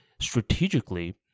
strategically